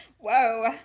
whoa